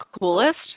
coolest